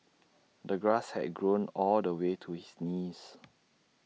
the grass had grown all the way to his knees